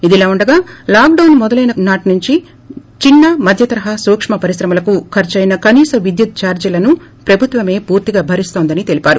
ఇదిలా ఉండగా lockdown కాలం మొదలైన నాటి నుంచీ చిన్సమధ్య తరహ సూక్కు పరిశ్రమలకు ఖర్చు అయిన కనీస విద్యుత్ చార్టీలను ప్రభుత్వమే పూర్తిగా భరిస్తుందని తెలిపారు